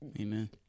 Amen